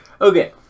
Okay